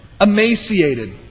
emaciated